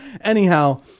anyhow